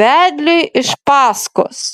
vedliui iš paskos